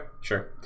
sure